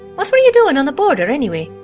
what were you doin' on the boarder anyway?